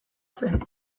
zen